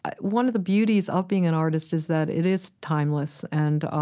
ah one of the beauties of being an artist is that it is timeless. and ah